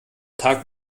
tag